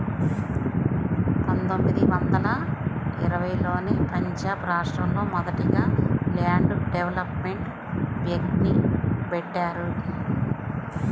పందొమ్మిది వందల ఇరవైలోనే పంజాబ్ రాష్టంలో మొదటగా ల్యాండ్ డెవలప్మెంట్ బ్యేంక్ని బెట్టారు